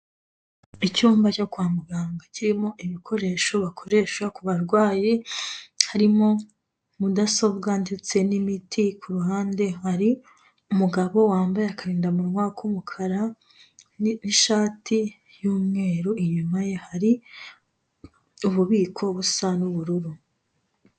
Icyumba cyo kwa muganga kirimo ibikoresho bakoresha ku barwayi, harimo mudasobwa ndetse n'imiti, ku ruhande hari umugabo wambaye akarindamunwa k'umukara n'ishati y'umweru, inyuma ye hari ububiko busa n'ubururu.